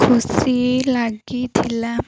ଖୁସି ଲାଗିଥିଲା